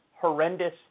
horrendous